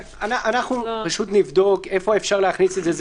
אנחנו פשוט נבדוק איפה אפשר להכניס את זה.